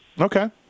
Okay